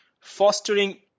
fostering